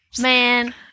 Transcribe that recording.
Man